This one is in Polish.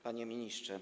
Panie Ministrze!